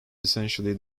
essentially